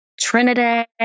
Trinidad